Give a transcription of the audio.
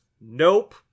Nope